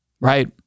right